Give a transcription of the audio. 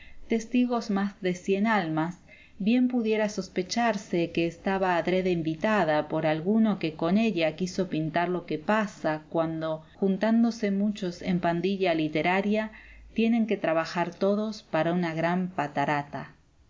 testigos más de cien almas bien pudiera sospecharse que estaba adrede inventada por alguno que con ella quiso pintar lo que pasa cuando juntándose muchos en pandilla literaria tienen que trabajar todos para una gran patarata